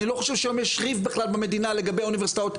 אני לא חושב שהיום יש ריב בכלל במדינה לגבי האוניברסיטאות,